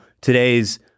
today's